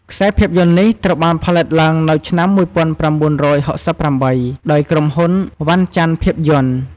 ខ្សែភាពយន្តនេះត្រូវបានផលិតឡើងនៅឆ្នាំ ១៩៦៨ ដោយក្រុមហ៊ុន វណ្ណចន្ទភាពយន្ត ។